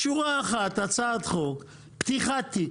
שורה אחת, הצעת חוק: פתיחת תיק,